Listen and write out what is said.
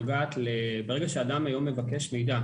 ברגע שהיום אדם מבקש מידע,